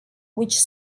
which